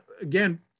again